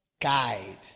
guide